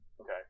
Okay